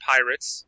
Pirates